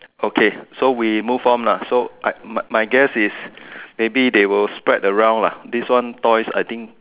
okay so we move on lah so I my guess is maybe they will spread around lah this one toys I think